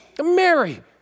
Mary